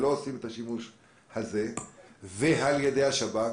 שלא עושים את השימוש הזה ועל ידי השב"כ